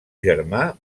germà